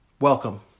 welcome